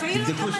ממני להשתמש בזכותי